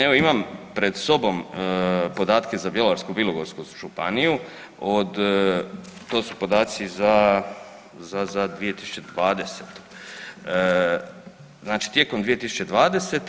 Evo, imam pred sobom podatke za Bjelovarsko-bilogorsku županiju od, to su podaci za 2020., znači tijekom 2020.